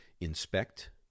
inspect